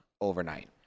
overnight